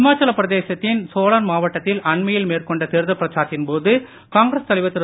ஹிமாச்சலப்பிரதேச த்திவட சோலான் மாவட்டத்தில் அண்மையில் மேற்கொண்ட தேர்தல் பிரச்சாரத்தின் போது காங்கிரஸ் தலைவர் திரு